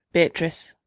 beatrice.